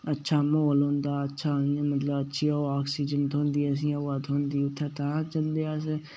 अच्छा म्हौल होंदा अच्छा मतलब अच्छी ओह् ऑक्सीजन थ्होंदी इसी हवा थ्होंदी उत्थै तां जंदे अस